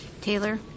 Taylor